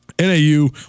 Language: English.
NAU